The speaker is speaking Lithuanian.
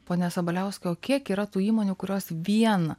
pone sabaliauskai o kiek yra tų įmonių kurios vien